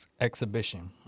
exhibition